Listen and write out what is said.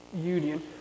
union